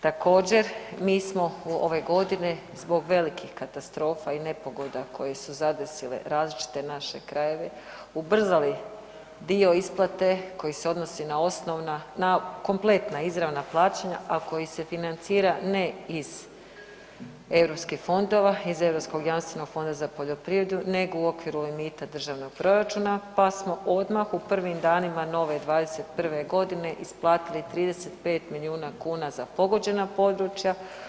Također mi smo ove godine zbog velikih katastrofa i nepogoda koje su zadesile različite naše krajeve ubrzali dio isplate koji se odnosi na osnovna, na kompletna izravna plaćanja, a koji se financira ne iz europskih fondova, iz Europskog jamstvenog fonda za poljoprivredu nego u okviru limita državnog proračuna, pa smo odmah u prvim danima Nove '21.g. isplatili 35 milijuna kuna za pogođena područja.